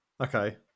Okay